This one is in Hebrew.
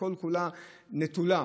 שכל כולה נטולה.